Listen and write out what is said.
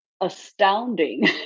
astounding